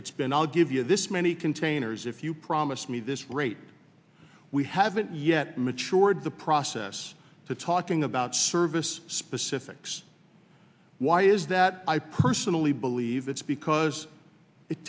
it's been i'll give you this many containers if you promise me this rate we haven't yet mature the process to talking about service specifics why is that i personally believe that's because it